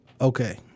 Okay